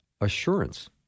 assurance